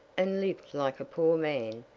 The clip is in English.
and lived like a poor man,